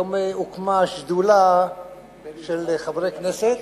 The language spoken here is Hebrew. היום הוקמה שדולה של חברי כנסת,